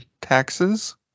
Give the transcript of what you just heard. taxes